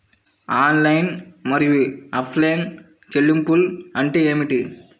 Online మరియు offline చెల్లింపులు అంటే ఏమిటి?